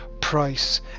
price